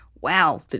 Wow